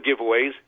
giveaways